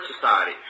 Society